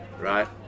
right